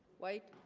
white